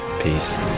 Peace